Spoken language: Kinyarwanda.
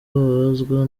abazwa